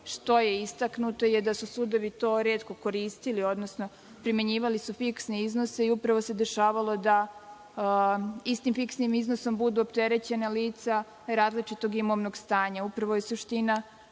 što je istaknuto je da su sudovi to retko koristili, odnosno primenjivali su fiksne iznose i upravo se dešavalo da istim fiksnim iznosom budu opterećena lica različitog imovnog stanja.